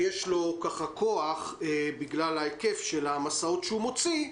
שיש לו כוח בגלל היקף המסעות שהוא מוציא,